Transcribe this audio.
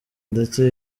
ndetse